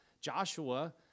Joshua